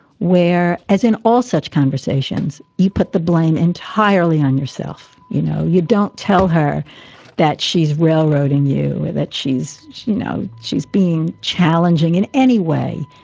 where as in all such conversations, you put the blame entirely on yourself. you know, you don't tell her that she's railroading you or that she's she's you know, she's being challenging in any way.